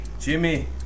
Jimmy